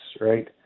right